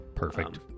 Perfect